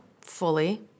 fully